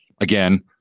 Again